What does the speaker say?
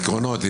עקרונות,